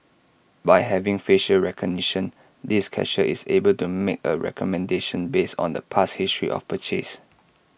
by having facial recognition this cashier is able to make A recommendation based on the past history of purchase